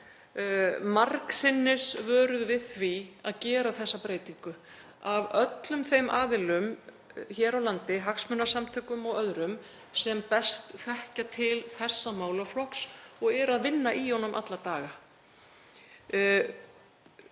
þingnefnd margsinnis vöruð við því að gera þessa breytingu af öllum þeim aðilum hér á landi, hagsmunasamtökum og öðrum, sem best þekkja til þessa málaflokks og eru að vinna í honum alla daga.